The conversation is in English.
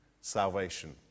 salvation